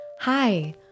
Hi